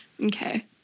Okay